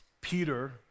Peter